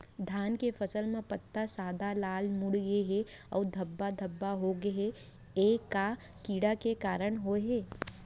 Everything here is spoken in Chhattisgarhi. धान के फसल म पत्ता सादा, लाल, मुड़ गे हे अऊ धब्बा धब्बा होगे हे, ए का कीड़ा के कारण होय हे?